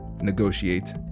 negotiate